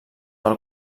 del